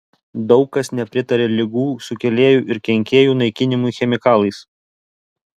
daug kas nepritaria ligų sukėlėjų ir kenkėjų naikinimui chemikalais